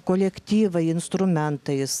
kolektyvai instrumentais